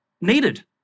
needed